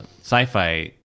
sci-fi